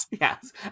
Yes